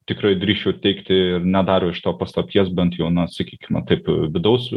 tikrai drįsčiau teigti nedaro iš to paslapties bent jau na sakykime taip vidaus